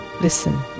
listen